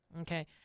Okay